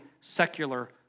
secular